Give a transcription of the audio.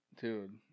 Dude